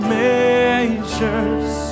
measures